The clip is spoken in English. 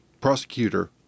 Prosecutor